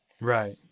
right